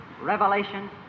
revelation